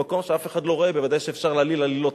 במקום שאף אחד לא רואה בוודאי שאפשר להעליל עלילות.